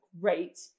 Great